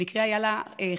במקרה היה לה חבר,